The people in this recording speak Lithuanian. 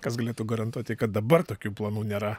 kas galėtų garantuoti kad dabar tokių planų nėra